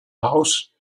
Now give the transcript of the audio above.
house